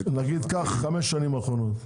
נגיד ככה חמש שנים אחרונות?